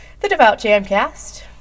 TheDevoutJamcast